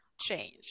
change